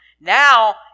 Now